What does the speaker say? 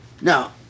Now